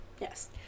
Yes